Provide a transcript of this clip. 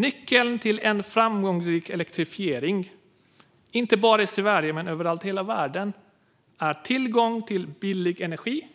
Nyckeln till en framgångsrik elektrifiering, inte bara i Sverige utan överallt i hela världen, är tillgång till billig energi